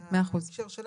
זה ההקשר שלהם.